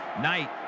Knight